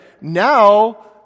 now